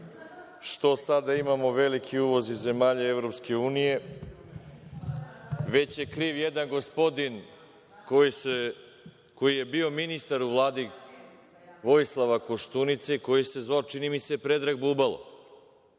što sada imamo veliki uvoz iz zemalja EU već je kriv jedan gospodin koji je bio ministar u Vladi Vojislava Koštunice koji se zvao, čini mi se Predrag Bubalo.